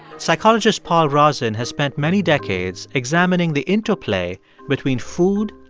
psychologist paul rozin has spent many decades examining the interplay between food,